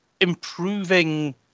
improving